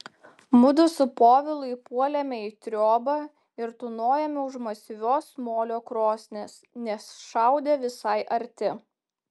mudu su povilu įpuolėme į triobą ir tūnojome už masyvios molio krosnies nes šaudė visai arti